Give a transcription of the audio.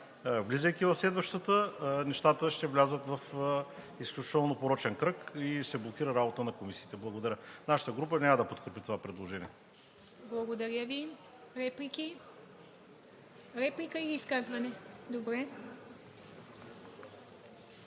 влизайки в следващата, нещата ще влязат в изключително порочен кръг и се блокира работата на комисиите. Благодаря. Нашата група няма да подкрепи това предложение. ПРЕДСЕДАТЕЛ ИВА МИТЕВА: Благодаря Ви. Реплики? Реплика – Иван Велов.